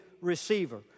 receiver